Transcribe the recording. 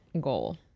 goal